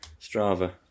strava